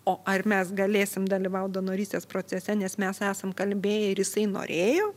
o ar mes galėsim dalyvaut donorystės procese nes mes esam kalbėję ir jisai norėjo